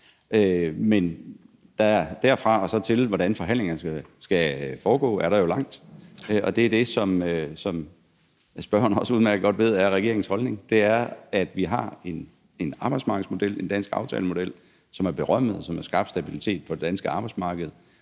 Men derfra og så til, hvordan forhandlingerne skal foregå, er der langt. Det er det, som spørgeren også udmærket godt ved er regeringens holdning. Vi har en arbejdsmarkedsmodel, en dansk aftalemodel, som er berømmet, og som har skabt stabilitet på det danske arbejdsmarked.